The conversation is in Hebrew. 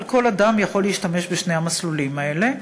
אבל כל אדם יכול להשתמש בשני המסלולים האלה.